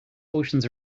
oceans